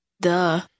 Duh